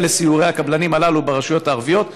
לסיורי הקבלנים הללו ברשויות הערביות.